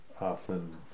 often